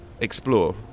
explore